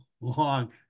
long